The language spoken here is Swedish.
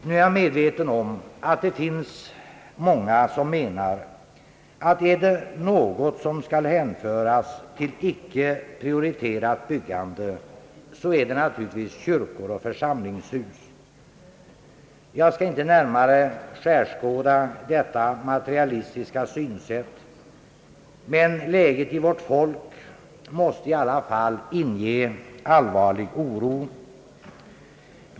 Nu är jag medveten om att det finns många som menar att om det är något som skall hänföras till icke prioriterat byggande, så är det naturligtvis kyrkor och församlingshus. Jag skall inte närmare skärskåda detta materialistiska synsätt, men läget i vårt folk måste i alla fall inge allvarlig oro.